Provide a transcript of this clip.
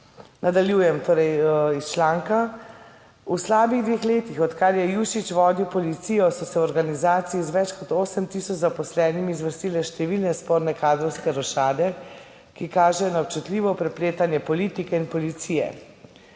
Nadaljujem torej iz članka. V slabih dveh letih, odkar je Jušić vodil policijo, so se v organizaciji z več kot 8000 zaposlenimi zvrstile številne sporne kadrovske rošade, ki kažejo na občutljivo prepletanje politike in policije.